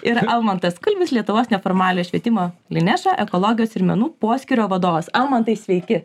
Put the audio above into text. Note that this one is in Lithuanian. ir almantas kulbis lietuvos neformaliojo švietimo lineša ekologijos ir menų poskyrio vadovas almantai sveiki